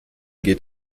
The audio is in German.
geht